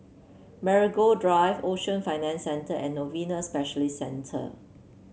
Marigold Drive Ocean Financial Centre and Novena Specialist Centre